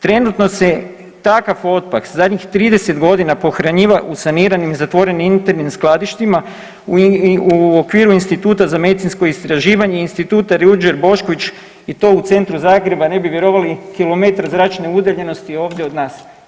Trenutno se takav otpad zadnjih 30 godina pohranjuje u saniranim zatvorenim internim skladištima u okviru Instituta za medicinsko istraživanje i Instituta Ruđer Bošković i to u centru Zagreba ne bi vjerovali kilometar zračne udaljenosti ovdje od nas.